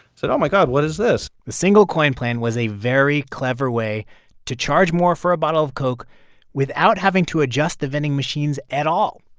said, oh, my god, what is this? the single-coin plan was a very clever way to charge more for a bottle of coke without having to adjust the vending machines at all.